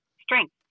strength